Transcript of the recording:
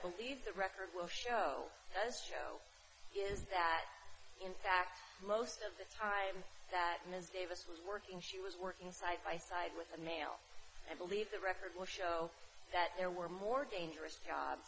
believe the record will show does show is that in fact most of the time that ms davis was working she was working side by side with a male i believe the record will show that there were more dangerous job